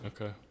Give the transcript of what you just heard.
Okay